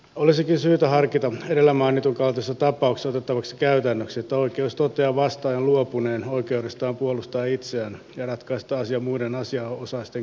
olisikin syytä harkita edellä mainitun kaltaisessa tapauksessa otettavaksi käytännöksi että oikeus toteaa vastaajan luopuneen oikeudestaan puolustaa itseään ja ratkaisee asian muiden asianosaisten kertoman perusteella